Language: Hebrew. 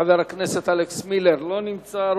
חבר הכנסת אלכס מילר, לא נמצא.